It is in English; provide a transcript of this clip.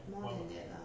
more than that lah